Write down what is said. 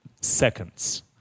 seconds